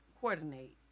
coordinate